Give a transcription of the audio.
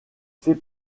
fait